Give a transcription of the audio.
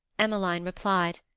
emmeline replied,